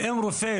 אם רופא,